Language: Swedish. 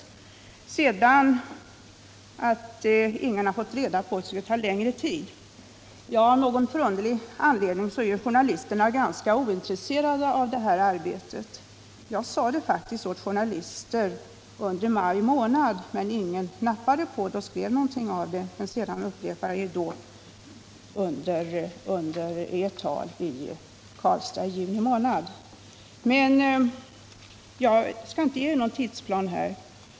När det gäller att ingen fått reda på att arbetet skulle ta längre tid vill jag säga att av någon förunderlig anledning är journalister ganska ointresserade. Jag nämnde faktiskt detta till journalister i maj månad, men ingen nappade på det och skrev någonting om det. Sedan upprepade jag det i Karlstad i juni månad. Jag skall inte lämna uppgift om någon tidsplan här.